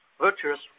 virtuous